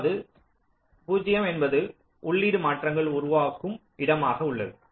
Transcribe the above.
அதாவது 0 என்பது உள்ளீடு மாற்றங்கள் உருவாகும் இடமாக உள்ளது